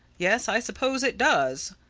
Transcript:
yes, i suppose it does.